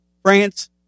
France